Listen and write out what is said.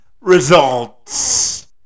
results